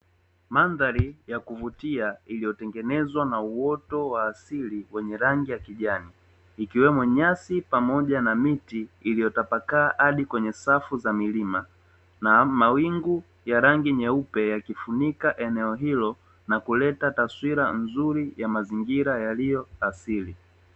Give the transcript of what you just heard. Mandhari ya kuvutia iliyotengenezwa na uoto wa asili wenye rangi ya kijani, ikiwemo nyasi pamoja na miti iliyotapakaa hadi kwenye safu za milima na mawingu ya rangi nyeupe yakifunika eneo hilo na kuleta taswira nzuri ya mazingira yaliyo asili.